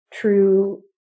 true